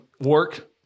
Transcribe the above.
work